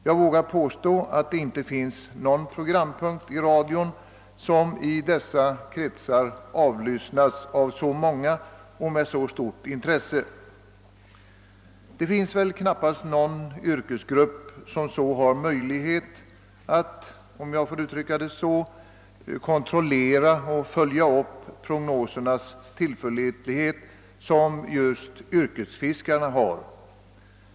Jag vågar påstå att det inte finns någon programpunkt i radion som i dessa kretsar avlyssnas av så många och med så stort intresse. Det finns väl knappast någon yrkesgrupp som så har möjlighet att, om jag får uttrycka det så, kontrollera prognosernas tillförlitlighet som just yrkesfiskarna.